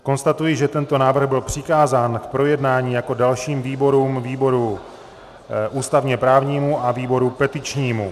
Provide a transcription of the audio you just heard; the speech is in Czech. Konstatuji, že tento návrh byl přikázán k projednání jako dalším výborům výboru ústavněprávnímu a výboru petičnímu.